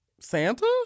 Santa